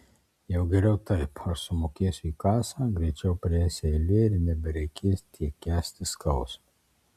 jau geriau taip aš sumokėsiu į kasą greičiau prieis eilė ir nebereikės tiek kęsti skausmo